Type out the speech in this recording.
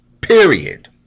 period